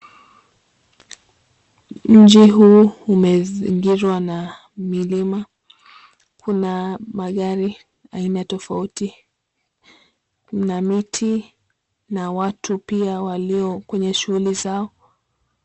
Nje huu umezingirwa na milima. Kuna magari aina tofauti. Kuna miti na watu pia walio kwenye shughuli zao.